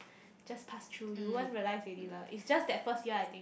just pass through you you won't realise already lah it's just that first year I think